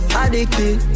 addicted